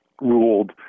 ruled